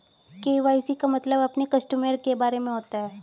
KYC का मतलब अपने कस्टमर के बारे में होता है